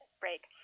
break